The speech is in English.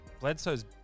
Bledsoe's